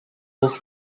both